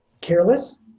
careless